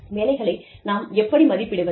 வேலைகளை நாம் எப்படி மதிப்பிடுவது